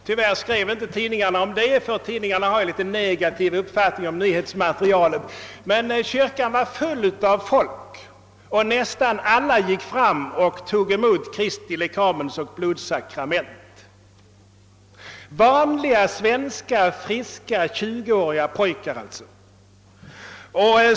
Tyvärr skrev inte tidningarna härom, ty tidningarna har en något negativ uppfattning om nyhetsmaterial. Kyrkan var emellertid full av folk, och nästan alla tog emot Kristi lekamens och blods sakrament — vanliga friska tjuguåriga svenska pojkar alltså!